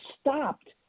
stopped